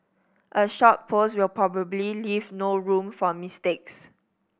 a short post will probably leave no room for mistakes